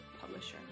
publisher